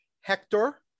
Hector